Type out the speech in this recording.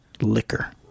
liquor